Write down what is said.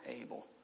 able